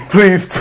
Please